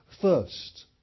first